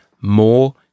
more